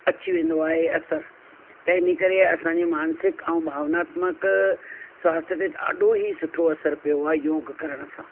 अची वेंदो आहे असरु त इन करे असांजे मानसिक ऐं भावनात्मक स्वास्थय ते ॾाढो ई सुठो असरु पियो आहे योगु करण सां